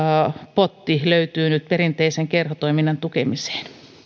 potti löytyy nyt perinteisen kerhotoiminnan tukemiseen